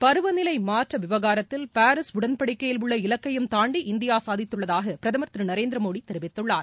பருவநிலை மாற்ற விவகாரத்தில் பாரீஸ் உடன்படிக்கையில் உள்ள இலக்கையும் தான்டி இந்தியா சாதித்துள்ளதாக பிரதமர் திரு நரேந்திர மோடி தெரிவித்துள்ளார்